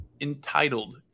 entitled